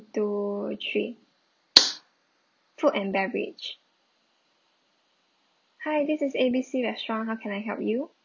two three food and beverage hi this is A B C restaurant how can I help you